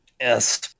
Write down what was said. yes